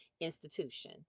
institution